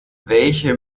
welche